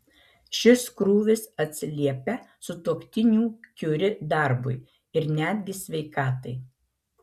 šis krūvis atsiliepia sutuoktinių kiuri darbui ir netgi sveikatai